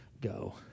go